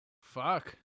fuck